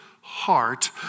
heart